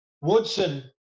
Woodson